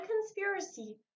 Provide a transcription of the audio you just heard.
conspiracy